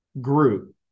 group